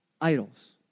idols